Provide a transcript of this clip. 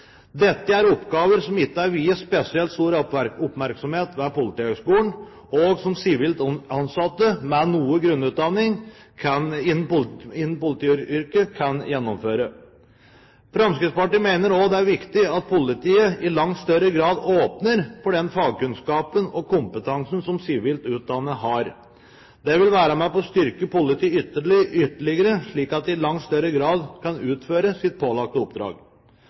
Dette er oppgaver som ikke er viet spesielt stor oppmerksomhet ved Politihøgskolen, og som sivilt ansatte med noe grunnutdanning innen politiyrket kan gjennomføre. Fremskrittspartiet mener også at det er viktig at politiet i langt større grad åpner for den fagkunnskapen og kompetansen som sivilt utdannede har. Det vil være med på å styrke politiet ytterligere, slik at de i langt større grad kan utføre sitt pålagte oppdrag.